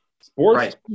Sports